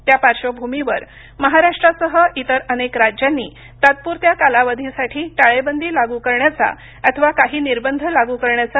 त्या पाश्र्वभूमीवर महाराष्ट्रासह इतर अनेक राज्यांनी तात्पुरत्या कालावधीसाठी टाळेबंदी लागू करण्याचा अथवा काही निर्बंध लागू करण्याचा निर्णय घेतला आहे